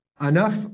enough